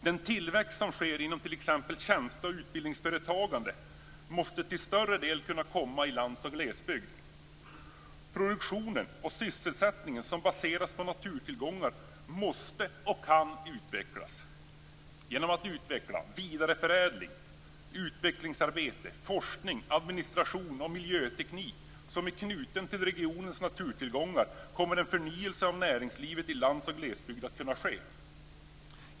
Den tillväxt som sker inom t.ex. tjänste och utbildningsföretagande måste till en större del kunna komma i landsbygd och glesbygd. Produktion och sysselsättning som baseras på naturtillgångar måste, och kan, utvecklas. Genom att utveckla vidareförädling, utvecklingsarbete, forskning, administration och miljöteknik som är knutna till regionens naturtillgångar kommer en förnyelse av näringslivet i landsbygd och glesbygd att kunna ske.